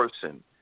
person